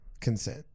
Consent